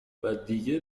ودیگه